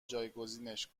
جایگزینش